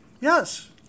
Yes